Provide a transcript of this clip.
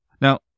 Now